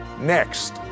next